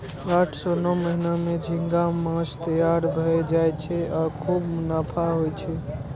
आठ सं नौ महीना मे झींगा माछ तैयार भए जाय छै आ खूब मुनाफा होइ छै